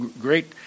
great